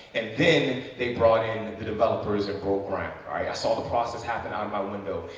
and then they brought in the developers and broke ground, right? i saw the process happen out of my window,